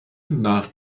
nach